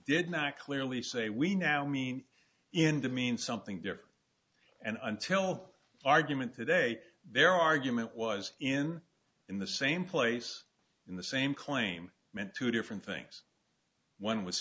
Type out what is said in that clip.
did not clearly say we now me in to mean something different and until argument today their argument was in in the same place in the same claim meant two different things one was